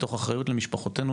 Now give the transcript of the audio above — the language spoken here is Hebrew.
מתוך אחריות למשפחותינו,